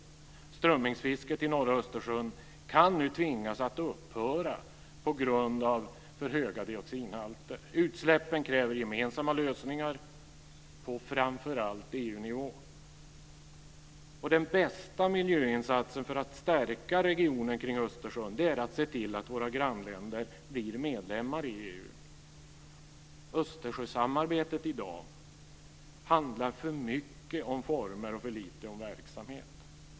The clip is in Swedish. Strömmingsfisket i norra Östersjön kan nu tvingas att upphöra på grund av för höga dioxinhalter. Utsläppen kräver gemensamma lösningar på framför allt EU-nivå. Den bästa miljöinsatsen för att stärka regionen kring Östersjön är att se till att våra grannländer blir medlemmar i EU. Östersjösamarbetet i dag handlar för mycket om former och för lite om verksamhet.